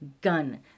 gun